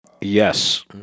Yes